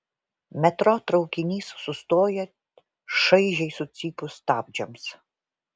metro traukinys sustoja šaižiai sucypus stabdžiams